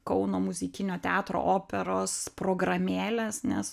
kauno muzikinio teatro operos programėles nes